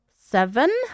seven